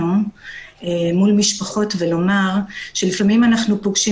קושי